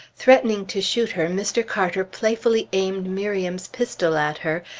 threatening to shoot her, mr. carter playfully aimed miriam's pistol at her,